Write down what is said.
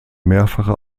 mehrfache